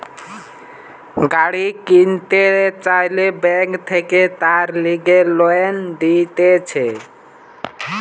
গাড়ি কিনতে চাইলে বেঙ্ক থাকে তার লিগে লোন দিতেছে